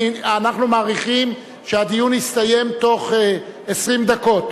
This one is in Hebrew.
אנחנו מעריכים שהדיון יסתיים בתוך 20 דקות